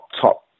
top